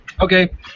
Okay